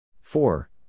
four